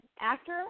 actor